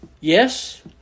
Yes